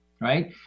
right